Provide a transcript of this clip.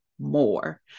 more